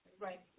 Right